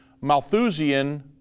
Malthusian